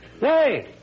Hey